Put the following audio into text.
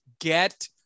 get